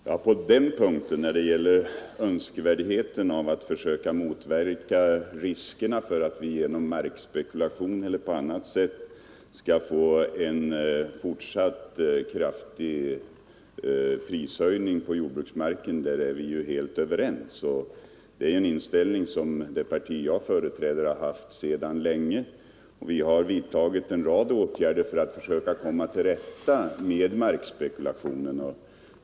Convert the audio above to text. Jordförvärvslagstift Herr talman! När det gäller önskvärdheten av att försöka motverka ning riskerna för att vi genom markspekulation eller på annat sätt skall få en fortsatt kraftig prishöjning på jordbruksmarken är vi helt överens. Den inställningen har det parti som jag företräder haft länge. Vi har vidtagit en rad åtgärder för att försöka komma till rätta med markspekulationen.